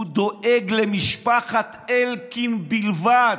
הוא דואג למשפחת אלקין בלבד.